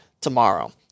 tomorrow